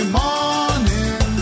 morning